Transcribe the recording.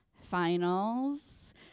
finals